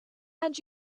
and